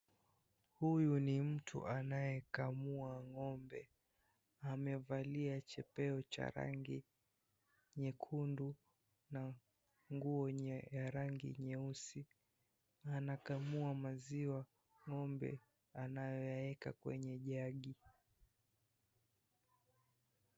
Huyu ni mtu anayekamua ngombe, amevalia chepeo cha rangi nyekundu na nguo ya rangi nyeusi, anakamua maziwa ngombe anayaeka kwenye jagi.